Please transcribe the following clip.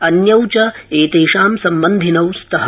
अन्यौ च एतेषां सम्बन्धिनौ स्तः